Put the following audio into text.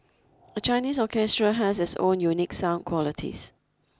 a Chinese orchestra has its own unique sound qualities